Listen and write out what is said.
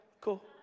cool